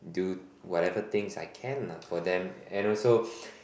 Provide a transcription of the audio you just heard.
do whatever things I can lah for them and also